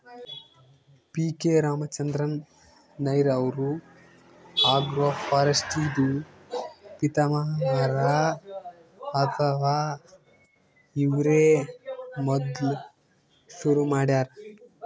P K Ramachandran Nair ಅವ್ರು agroforestry ದೂ ಪಿತಾಮಹ ಹರಾ ಅಥವಾ ಇವ್ರೇ ಮೊದ್ಲ್ ಶುರು ಮಾಡ್ಯಾರ್